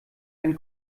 ein